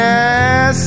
Yes